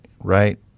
right